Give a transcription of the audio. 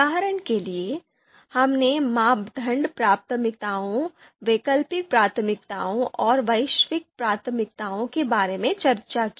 उदाहरण के लिए हमने मापदंड प्राथमिकताओं वैकल्पिक प्राथमिकताओं और वैश्विक प्राथमिकताओं के बारे में चर्चा की